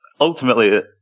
ultimately